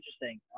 interesting